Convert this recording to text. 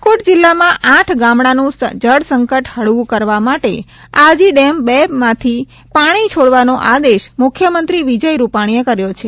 રાજકોટ જિલ્લાના આઠ ગામડાંનું જળસંકટ હળવું કરવા માટે આજી ડેમ બે માંથી પાણી છોડવાનો આદેશ મુખ્યમંત્રી વિજય રૂપાણીએ કર્યો છે